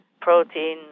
Protein